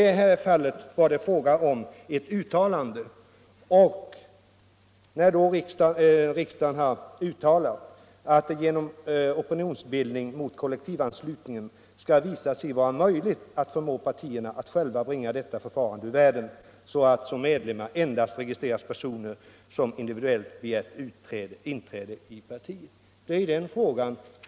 I det här fallet har riksdagen uttalat att det genom opinions = ning till politiska bildning mot kollektivanslutning skall visa sig vara möjligt att förmå = partier partierna att själva bringa detta förfarande ur världen, så att som medlemmar endast registreras personer som individuellt begärt inträde i partiet.